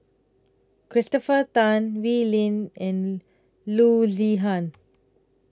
Christopher Tan Wee Lin and Loo Zihan